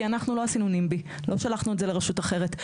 כי אנחנו לא שלחנו את זה לרשות אחרת.